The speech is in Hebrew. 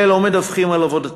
אלה לא מדווחים על עבודתם.